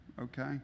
okay